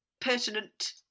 pertinent